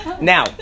Now